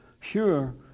sure